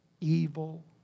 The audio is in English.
Evil